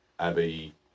Abby